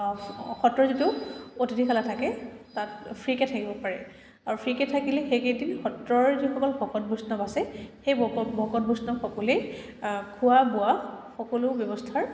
সত্ৰৰ যিটো অতিথিখালা থাকে তাত ফ্ৰীকে থাকিব পাৰে আৰু ফ্ৰীকে থাকিলে সেইকেইদিন সত্ৰৰ যিসকল ভকত বৈষ্ণৱ আছে সেই ভকত ভকত বৈষ্ণৱ সকলেই খোৱা বোৱা সকলো ব্যৱস্থাৰ